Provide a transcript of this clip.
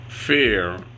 Fear